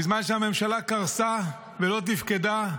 בזמן שהממשלה קרסה ולא תפקדה,